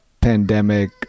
pandemic